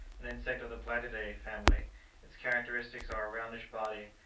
an insect of the blattidae family its characteristics are a roundish body,